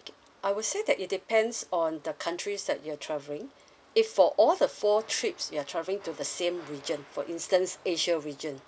okay I would say that it depends on the countries that you are travelling if for all the four trips you are travelling to the same region for instance asia region